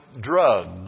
drugs